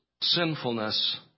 sinfulness